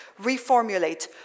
reformulate